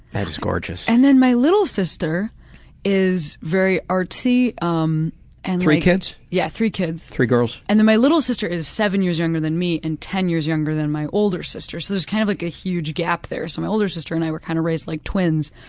that is gorgeous. and then my little sister is very artsy um pg three kids? yeah, three kids. three girls? and then my little sister is seven years younger than me and ten years younger than my older sister, so it's kind of like a huge gap there, so my older sister and i were kind of raised like twins,